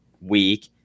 week